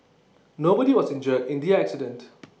nobody was injured in the accident